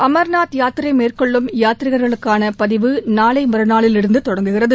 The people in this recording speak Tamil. அமா்நாத் யாத்திரை மேற்கொள்ளும் யாதீரீகா்களுக்கான பதிவு நாளை மறுநாளிலிருந்து தொடங்குகிறது